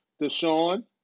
Deshaun